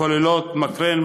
שכוללות מקרן,